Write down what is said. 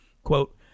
Quote